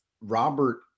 Robert